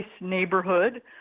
neighborhood